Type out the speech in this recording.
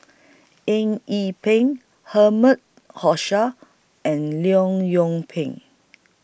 Eng Yee Peng Herman and Leong Yoon Pin